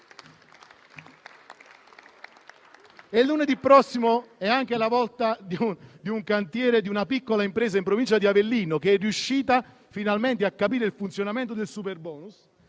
E lunedì prossimo è anche la volta di un cantiere di una piccola impresa in provincia di Avellino, che è riuscita finalmente a capire il funzionamento del *superbonus*